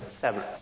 seventh